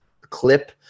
clip